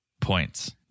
points